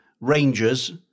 Rangers